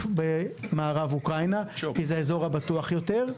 מערב אוקראינה כי זה האזור הבטוח יותר.